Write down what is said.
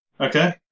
Okay